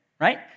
right